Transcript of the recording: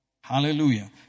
Hallelujah